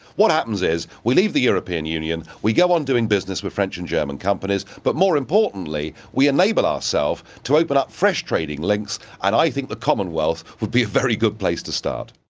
what happens is we leave the european union, we go on doing business with french and german companies, but more importantly we enable ourselves to open up fresh trading links, and i think the commonwealth would be a very good place to start.